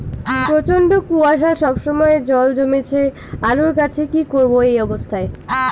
প্রচন্ড কুয়াশা সবসময় জল জমছে আলুর গাছে কি করব এই অবস্থায়?